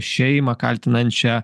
šeimą kaltinančią